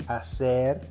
Hacer